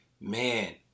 Man